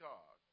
God